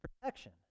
protection